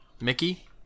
Mickey